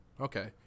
Okay